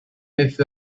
with